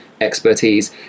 expertise